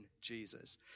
Jesus